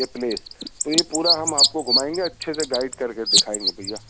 یہ پلیس تو یہ پورا ہم آپ کو گھومائیں گے اچھے سے گائیڈ کر کے دکھائیں گے بھیا